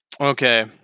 Okay